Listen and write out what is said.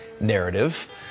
narrative